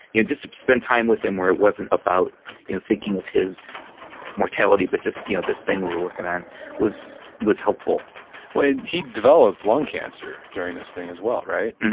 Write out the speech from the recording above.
you know just to spend time with him where it wasn't about thinking of his mortality, but just you know this thing we were working on was was helpful well, and he developed lung cancer during this thing as well, right?